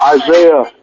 Isaiah